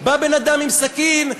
בא בן-אדם עם סכין,